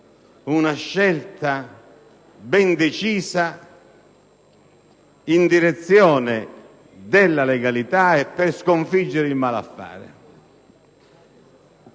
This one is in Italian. una scelta ben precisa in direzione della legalità e per sconfiggere il malaffare.